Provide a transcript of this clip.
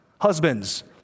Husbands